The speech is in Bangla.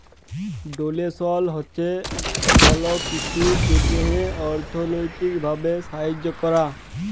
ডোলেসল হছে কল কিছুর জ্যনহে অথ্থলৈতিক ভাবে সাহায্য ক্যরা